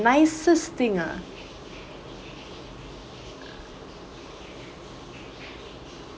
nicest thing ah